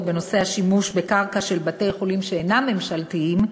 בנושא השימוש בקרקע של בתי-חולים שאינם ממשלתיים,